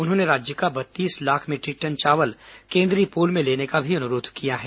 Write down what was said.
उन्होंने राज्य का बत्तीस लाख मीट्रिक टन चावल केन्द्रीय पूल में लेने का भी अनुरोध किया है